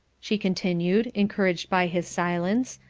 she continued, encouraged by his silence,